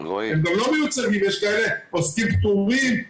יש כאלה עוסקים פטורים,